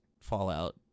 Fallout